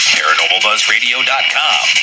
paranormalbuzzradio.com